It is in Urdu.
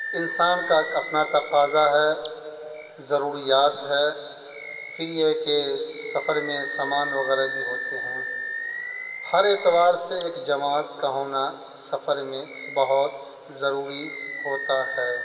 انسان کا ایک اپنا تقاضہ ہے ضروریات ہے پھر یہ کہ سفر میں سامان وغیرہ بھی ہوتے ہیں ہر اعتبار سے ایک جماعت کا ہونا سفر میں بہت ضروری ہوتا ہے